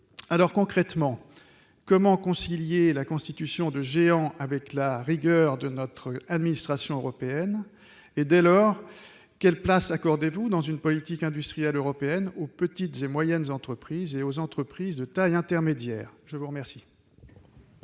publié. Concrètement, comment concilier la constitution de géants avec la rigueur de notre administration européenne ? Dès lors, quelle place accordez-vous dans une politique industrielle européenne aux petites et moyennes entreprises et aux entreprises de taille intermédiaire ? La parole